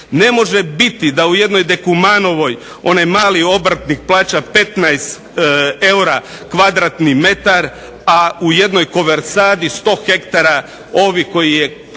Ne može biti da u jednoj Dekumanovoj onaj mali obrtnik plaća 15 eura kvadratni metar, a u jednoj Koversadi 100 ha ovi koji je